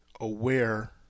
aware